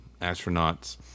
astronauts